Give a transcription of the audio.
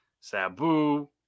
sabu